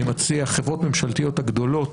אני מציע חברות ממשלתיות הגדולות.